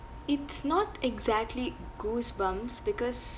it's not exactly goosebumps because